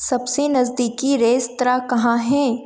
सबसे नज़दीकी रेस्तरा कहाँ है